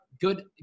good